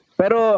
pero